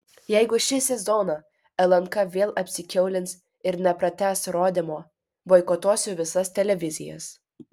jeigu šį sezoną lnk vėl apsikiaulins ir nepratęs rodymo boikotuosiu visas televizijas